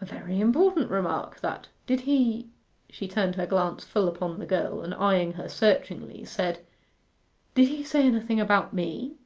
a very important remark, that. did he she turned her glance full upon the girl, and eyeing her searchingly, said did he say anything about me